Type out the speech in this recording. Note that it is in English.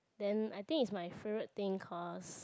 then I think it's my favorite thing because